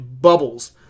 Bubbles